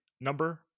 number